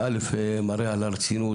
זה מראה על הרצינות,